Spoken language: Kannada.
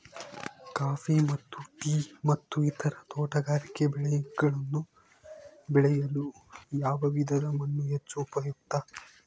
ಕಾಫಿ ಮತ್ತು ಟೇ ಮತ್ತು ಇತರ ತೋಟಗಾರಿಕೆ ಬೆಳೆಗಳನ್ನು ಬೆಳೆಯಲು ಯಾವ ವಿಧದ ಮಣ್ಣು ಹೆಚ್ಚು ಉಪಯುಕ್ತ?